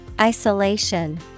Isolation